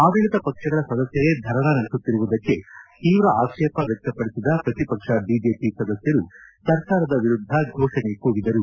ಆಡಳಿತ ಪಕ್ಷಗಳ ಸದಸ್ಕರೇ ಧರಣಿ ನಡೆಸುತ್ತಿರುವುದಕ್ಕೆ ತೀವ್ರ ಆಕ್ಷೇಪ ವ್ವಕ್ತಪಡಿಸಿದ ಪ್ರತಿಪಕ್ಷ ಬಿಜೆಪಿ ಸದಸ್ಕರು ಸರ್ಕಾರದ ವಿರುದ್ಧ ಘೋಷಣೆ ಕೂಗಿದರು